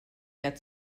mehr